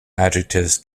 adjectives